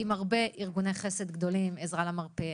עם הרבה ארגוני חסד גדולים: עזרה למרפא,